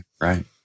right